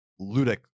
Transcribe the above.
ludic